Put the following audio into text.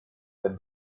that